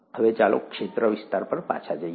હવે ચાલો ક્ષેત્રવિસ્તાર પર પાછા જઈએ